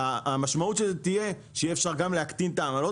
המשמעות של זה תהיה שיהיה אפשר גם להקטין את העמלות